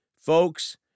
Folks